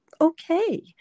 okay